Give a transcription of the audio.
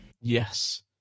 yes